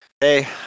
hey